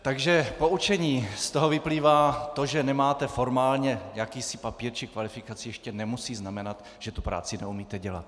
Takže poučení z toho vyplývá to, že nemáte formálně jakýsi papír či kvalifikaci, ještě nemusí znamenat, že tu práci neumíte dělat.